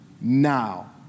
now